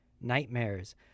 nightmares